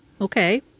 okay